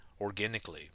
organically